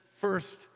first